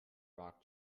rock